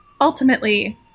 ultimately